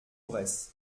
bresse